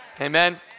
Amen